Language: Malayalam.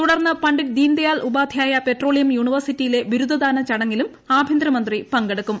തുടർന്ന് പണ്ഡിറ്റ് ദീൻദയാൽ ഉപാദ്ധ്യായ പെട്രോളിയം യൂണിവേഴ്സിറ്റിയിലെ ബിരുദദാന ചടങ്ങിലും ആഭ്യന്തരമന്ത്രി പങ്കെടുക്കും